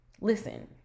Listen